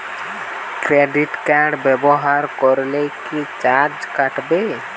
Credit card ব্যাবহার করলে কি চার্জ কাটবে?